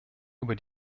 über